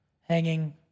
hanging